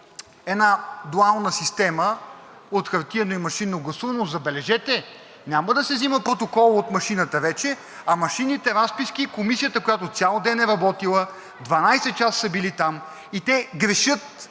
една дуална система от хартиено и машинно гласуване, но забележете – няма да се взима протокол от машината вече, а машинните разписки – комисията, която цял ден е работила, 12 часа са били там и те грешат